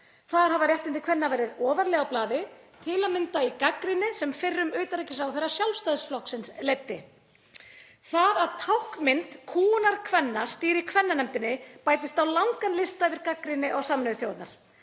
Þar hafa réttindi kvenna verið ofarlega á blaði, til að mynda í gagnrýni sem fyrrum utanríkisráðherra Sjálfstæðisflokksins leiddi. Það að táknmynd kúgunar kvenna stýri kvennanefndinni bætist á langan lista yfir gagnrýni á Sameinuðu þjóðirnar.